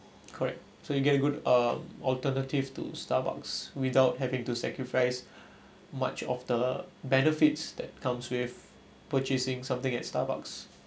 correct so you get a good uh alternative to Starbucks without having to sacrifice much of the benefits that comes with purchasing something at Starbucks